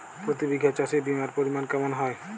প্রতি বিঘা চাষে বিমার পরিমান কেমন হয়?